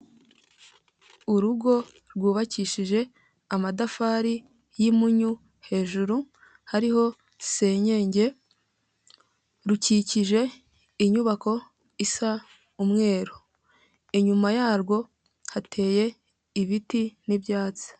Urugo rwubakishije amadafari y'impunyu hejuru hariho senyenge, rukikije inyubako isa umweru inyuma yarwo hateye ibiti n'ibyatsi.